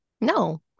No